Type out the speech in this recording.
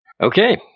okay